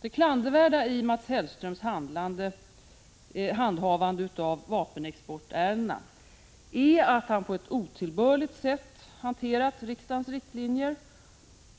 Det klandervärda i Mats Hellströms handhavande av vapenexportärendena är att han på ett otillbörligt sätt hanterat riksdagens riktlinjer